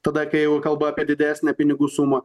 tada kai jau kalba apie didesnę pinigų sumą